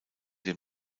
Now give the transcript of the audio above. dem